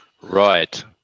right